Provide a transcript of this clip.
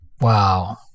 Wow